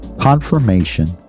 confirmation